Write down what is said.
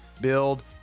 build